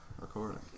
recording